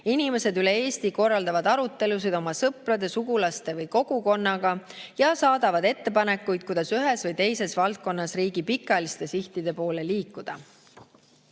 Inimesed üle Eesti korraldavad arutelusid oma sõprade, sugulaste või kogukonnaga ja saadavad ettepanekuid, kuidas ühes või teises valdkonnas riigi pikaajaliste sihtide poole liikuda.